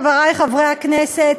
חברי חברי הכנסת,